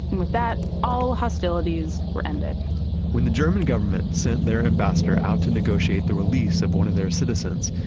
and with that, all hostilities were ended when the german government sent their ambassador out to negotiate the release of one of their citizens,